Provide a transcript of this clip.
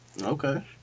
Okay